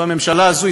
בממשלה הזאת,